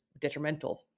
detrimental